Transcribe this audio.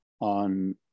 on